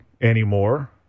anymore